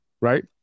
right